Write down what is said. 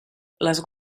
les